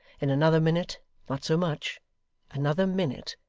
in another minute not so much another minute!